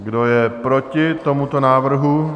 Kdo je proti tomuto návrhu?